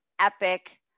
epic